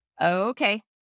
okay